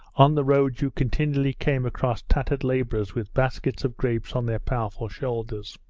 on the road you continually came across tattered labourers with baskets of grapes on their powerful shoulders